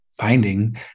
finding